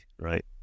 right